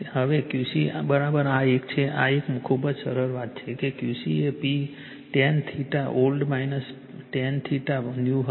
હવે Qc આ એક છે આ એક ખૂબ જ સરળ વાત છે કે Qc એ P tan old tan new હશે